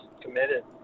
committed